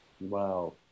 Wow